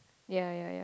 ya ya ya